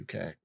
UK